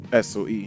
SOE